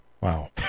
wow